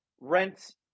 Rents